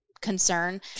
concern